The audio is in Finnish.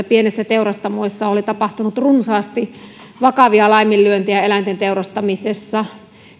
pienissä teurastamoissa oli tapahtunut runsaasti vakavia laiminlyöntejä eläinten teurastamisessa